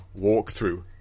walkthrough